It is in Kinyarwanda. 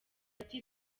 ati